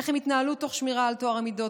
איך הם יתנהלו תוך שמירה על טוהר המידות.